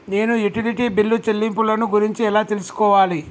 నేను utility bill చెల్లింపులను గురించి ఎలా తెలుసుకోవాలి?